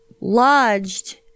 lodged